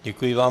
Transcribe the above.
Děkuji vám.